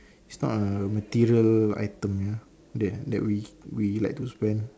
it's not a material item ya that that we we like to spend